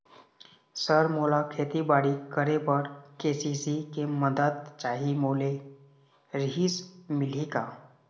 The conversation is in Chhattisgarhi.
सर मोला खेतीबाड़ी करेबर के.सी.सी के मंदत चाही बोले रीहिस मिलही का?